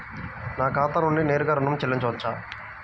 నా ఖాతా నుండి నేరుగా ఋణం చెల్లించవచ్చా?